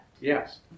Yes